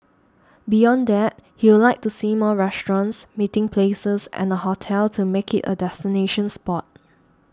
beyond that he'll like to see more restaurants meeting places and a hotel to make it a destination spot